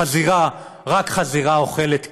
חזירה, רק חזירה אוכלת ככה,